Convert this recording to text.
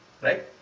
right